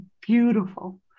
beautiful